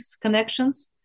connections